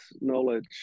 knowledge